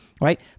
right